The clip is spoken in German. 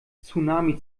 tsunami